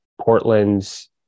Portland's